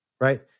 Right